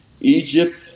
Egypt